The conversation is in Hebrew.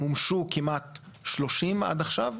מומשו כמעט 30 עד כעכשיו,